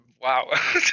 wow